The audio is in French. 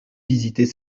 visiter